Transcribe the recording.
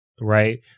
Right